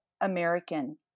American